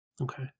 Okay